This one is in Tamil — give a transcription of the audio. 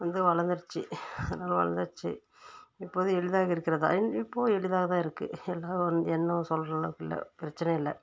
வந்து வளர்ந்துடுச்சி அதனால் வளர்ந்துடுச்சி இப்போது எளிதாக இருக்கிறதா இப்போது எளிதாக தான் இருக்குது சொல்கிற அளவுக்கு இல்லை பிரச்சனை இல்லை